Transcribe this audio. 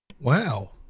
Wow